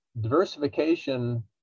diversification